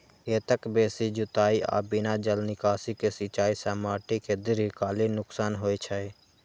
खेतक बेसी जुताइ आ बिना जल निकासी के सिंचाइ सं माटि कें दीर्घकालीन नुकसान होइ छै